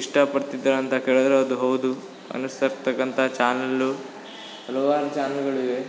ಇಷ್ಟ ಪಡ್ತಿದ್ದ ಅಂತ ಕೇಳಿದರೆ ಅದು ಹೌದು ಅನಿಸ್ತಾ ಇರ್ತಕ್ಕಂಥ ಚಾನಲು ಹಲವಾರು ಚಾನೆಲ್ಗಳಿವೆ